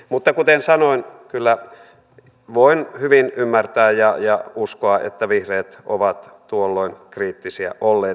mutta kuten sanoin kyllä voin hyvin ymmärtää ja uskoa että vihreät ovat tuolloin kriittisiä olleet